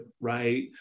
right